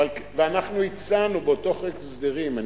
ואנחנו הצענו באותו חוק ההסדרים,